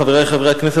חברי חברי הכנסת,